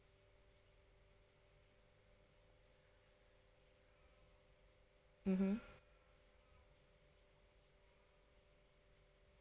mmhmm